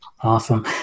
Awesome